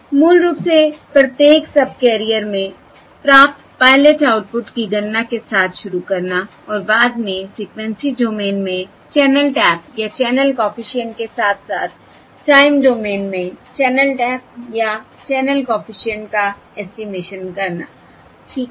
मूल रूप से प्रत्येक सबकैरियर में प्राप्त पायलट आउटपुट की गणना के साथ शुरू करना और बाद में फ्रिकवेंसी डोमेन में चैनल टैप या चैनल कॉफिशिएंट के साथ साथ टाइम डोमेन में चैनल टैप या चैनल कॉफिशिएंट का ऐस्टीमेशन करना ठीक है